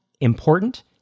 important